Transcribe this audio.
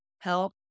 help